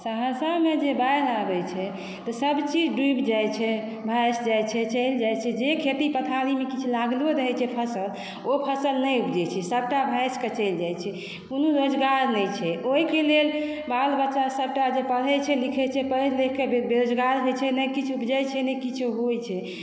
सहरसामे जे बाढ़ि आबै छै तऽ सब चीज डूबि जाइ छै भासि जाइ छै चलि जाइ छै जे खेती पथारी किछु लागलो रहै छै फसल ओ फसल नहि उपजै छै सबटा भासि कऽ चलि जाइ छै कोनो रोजगार नहि छै ओहिके लेल बाल बच्चा सबटा जे पढै छै लिखै छै पढ़ि लिख कऽ बेरोजगार होइ छै नहि किछु उपजै छै नहि किछु होइ छै